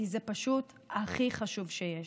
כי זה פשוט הכי חשוב שיש.